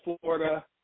Florida